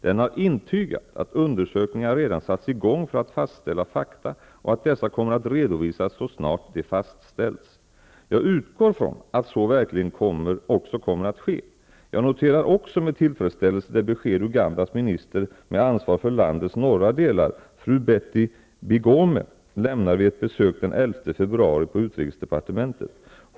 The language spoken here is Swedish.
Den har intygat att undersökningar redan satts i gång för att fastställa fakta och att dessa kommer att redovisas så snart de fastställts. Jag utgår från att så verkligen också kommer att ske. Jag noterar också med tillfredsställelse det besked Ugandas minister med ansvar för landets norra delar, fru Betty Bigombe, lämnade vid ett besök den 11 februari på utrikesdepartementet.